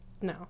No